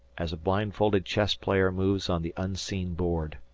as a blindfolded chess-player moves on the unseen board.